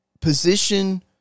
position